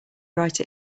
write